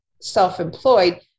self-employed